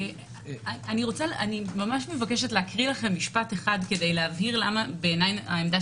אני מבקשת להקריא לכם משפט אחד כדי להבהיר למה בעיניי העמדה